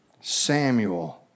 Samuel